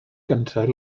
cyntaf